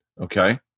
Okay